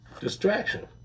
Distraction